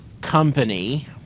company